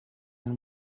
than